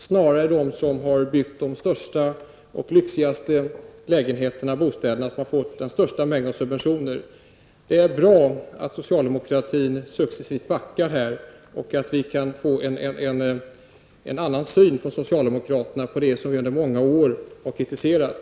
Snarare har de som byggt de största och lyxigaste bostäderna fått mest subventioner. Det är bra att socialdemokratin successivt backar här och att socialdemokraterna får en annan syn på detta som vi under många år har kritiserat.